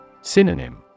Synonym